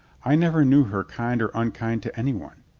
i never knew her kind or unkind to any one.